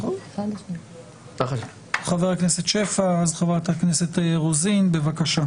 חברת הכנסת שפע, בבקשה.